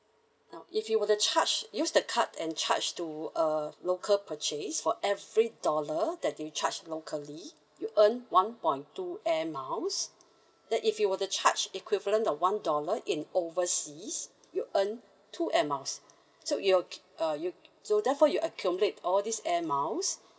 now if you were to charge use the card and charge to a local purchase for every dollar that you charge locally you earn one point two Air Miles that if you were to charge equivalent of one dollar in overseas you earn two Air Miles so you'll uh you so therefore you accumulate all these Air Miles